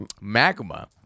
Magma